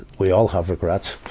we all have regrets.